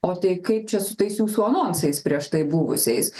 o tai kaip čia su tais jūsų anonsais prieš tai buvusiais